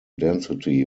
density